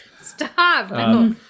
Stop